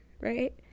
right